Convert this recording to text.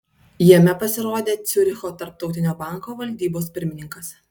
jame pasirodė ciuricho tarptautinio banko valdybos pirmininkas